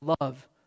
love